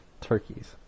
turkeys